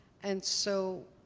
and so,